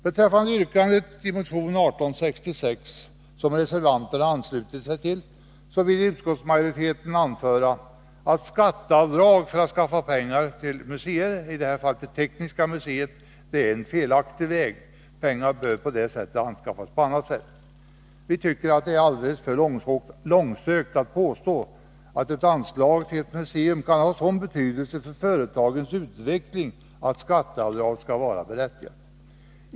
Beträffande yrkandet i motionen 1866 som reservanterna anslutit sig till vill utskottsmajoriteten anföra att skatteavdrag för att skaffa pengar till Tekniska museet är en felaktig väg att gå. Pengar bör anskaffas på annat sätt. Vi tycker det är långsökt att påstå att ett anslag till ett museum kan ha sådan betydelse för företagens utveckling att skatteavdrag skulle vara berättigat.